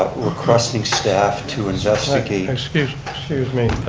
requesting staff to investigate excuse me.